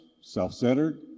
self-centered